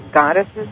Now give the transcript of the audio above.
goddesses